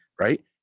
right